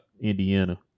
Indiana